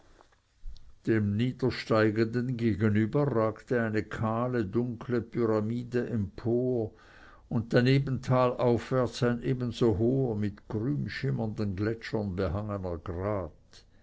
dem niedersteigenden gegenüber ragte eine kahle dunkle pyramide empor und daneben talaufwärts ein ebenso hoher mit grünschimmernden gletschern behangener